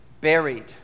buried